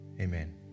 Amen